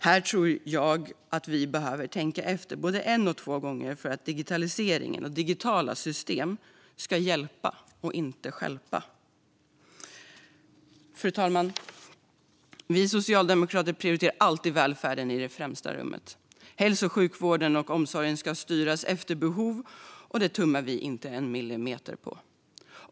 Jag tror att vi behöver tänka efter både en och två gånger för att digitaliseringen och digitala system ska hjälpa och inte stjälpa oss. Fru talman! Vi socialdemokrater prioriterar alltid välfärden och sätter den i främsta rummet. Hälso och sjukvården och omsorgen ska styras efter behov; det tummar vi inte en millimeter på.